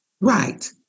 Right